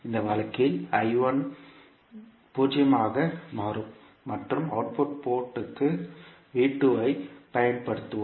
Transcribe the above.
இந்த வழக்கில் 0 ஆக மாறும் மற்றும் அவுட்புட் போர்ட் க்கு ஐப் பயன்படுத்துவோம்